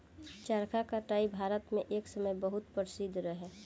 चरखा कताई भारत मे एक समय बहुत प्रसिद्ध रहे